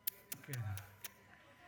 ערבייה?